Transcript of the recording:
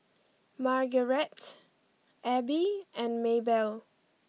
Margarete Abbey and Maebell